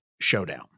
Showdown